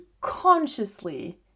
consciously